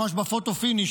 ממש בפוטו-פיניש,